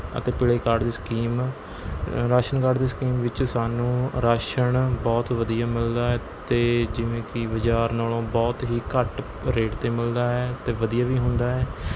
ਅਤੇ ਪੀਲੇ ਕਾਰਡ ਦੀ ਸਕੀਮ ਰਾਸ਼ਨ ਕਾਰਡ ਦੀ ਸਕੀਮ ਵਿੱਚ ਸਾਨੂੰ ਰਾਸ਼ਨ ਬਹੁਤ ਵਧੀਆ ਮਿਲਦਾ ਹੈ ਅਤੇ ਜਿਵੇਂ ਕਿ ਬਜ਼ਾਰ ਨਾਲੋਂ ਬਹੁਤ ਹੀ ਘੱਟ ਰੇਟ 'ਤੇ ਮਿਲਦਾ ਹੈ ਅਤੇ ਵਧੀਆ ਵੀ ਹੁੰਦਾ ਹੈ